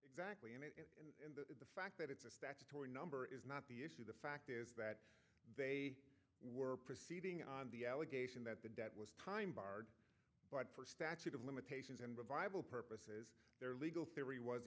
exactly and the fact that it's a sex toy or number is not the issue the fact is that they were proceeding on the allegation that the debt was time barred but for statute of limitations and revival purposes their legal theory was